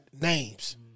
names